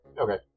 Okay